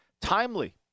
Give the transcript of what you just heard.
Timely